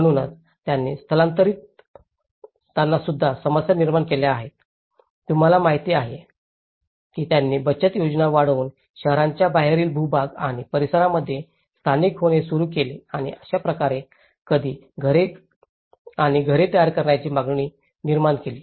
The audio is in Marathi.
म्हणूनच त्यांनी स्थलांतरितांनीसुद्धा समस्या निर्माण केल्या आहेत तुम्हाला माहिती आहे की त्यांनी बचत योजना वाढवून शहरांच्या बाहेरील भूभाग आणि परिसरामध्ये स्थायिक होणे सुरू केले आणि अशा प्रकारे अधिक घरे आणि घरे तयार करण्याची मागणी निर्माण केली